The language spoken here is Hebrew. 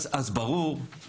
אז ברור,